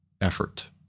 effort